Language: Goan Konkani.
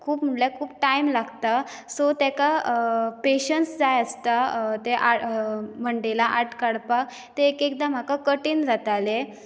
खूब म्हळ्यार खूब टायम लागता सो तेका पेशियंस जाय आसता तें आर्ट मंडेला आर्ट काडपाक तें एक एकदा म्हाका कठीण जातालें